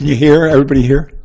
you hear? everybody hear?